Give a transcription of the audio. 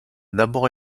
d’abord